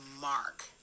Mark